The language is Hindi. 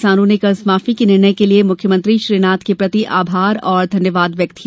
किसानों ने कर्ज माफी के निर्णय के लिये मुख्यमंत्री श्री नाथ के प्रति धन्यवाद और आभार व्यक्त किया